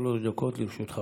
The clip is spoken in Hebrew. גם לתקנות, גם לתיקון זה,